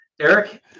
Eric